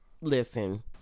Listen